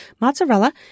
mozzarella